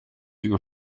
uur